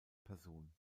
person